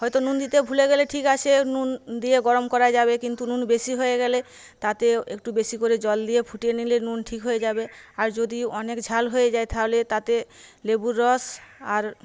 হয়তো নুন দিতে ভুলে গেলে ঠিক আছে নুন দিয়ে গরম করা যাবে কিন্তু নুন বেশি হয়ে গেলে তাতে একটু বেশি করে জল দিয়ে ফুটিয়ে নিলে নুন ঠিক হয়ে যাবে আর যদি অনেক ঝাল হয়ে যায় তাহলে তাতে লেবুর রস আর